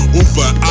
over